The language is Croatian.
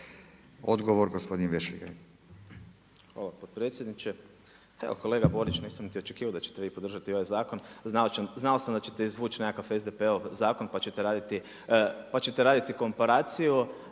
Marko (SDP)** Hvala potpredsjedniče. Evo kolega Borić, nisam niti očekivao da ćete vi podržati ovaj zakon, znao sam da ćete izvući nekakav SDP-ov zakon pa ćete raditi komparaciju.